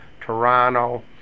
Toronto